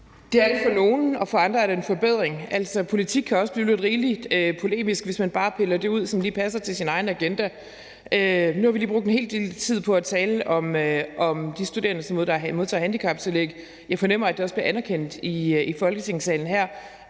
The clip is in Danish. Det er det for nogle, og for andre er det en forbedring. Altså, politik kan også blive rigelig polemisk, hvis man bare piller det ud, som lige passer til ens egen agenda. Nu har vi lige brugt en hel del tid på at tale om de studerende, som modtager handicaptillæg. Jeg fornemmer, at det også bliver anerkendt her i Folketingssalen,